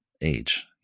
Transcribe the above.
age